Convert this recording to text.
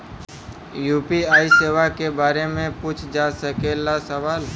UPI सेवा के बारे में पूछ जा सकेला सवाल?